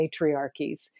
matriarchies